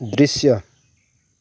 दृश्य